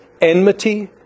enmity